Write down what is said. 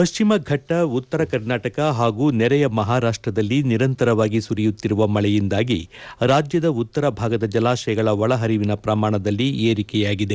ಪಶ್ಚಿಮ ಫೆಟ್ಟ ಉತ್ತರ ಕರ್ನಾಟಕ ಹಾಗೂ ನೆರೆಯ ಮಹಾರಾಷ್ಟದಲ್ಲಿ ನಿರಂತರವಾಗಿ ಸುರಿಯುತ್ತಿರುವ ಮಳೆಯಿಂದಾಗಿ ರಾಜ್ಯದ ಉತ್ತರ ಭಾಗದ ಜಲಾಶಯಗಳ ಒಳ ಹರಿವಿನ ಪ್ರಮಾಣದಲ್ಲಿ ಏರಿಕೆಯಾಗಿದೆ